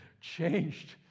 changed